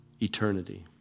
eternity